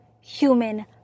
human